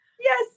yes